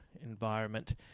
environment